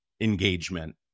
engagement